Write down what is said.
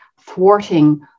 thwarting